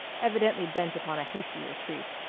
evidently bent upon a hasty retreat.